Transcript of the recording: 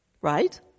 right